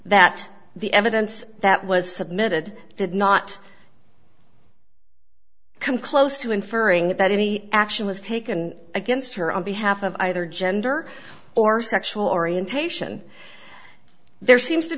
that the evidence that was submitted did not come close to inferring that any action was taken against her on behalf of either gender or sexual orientation there seems to